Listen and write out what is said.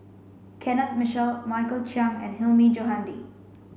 Kenneth Mitchell Michael Chiang and Hilmi Johandi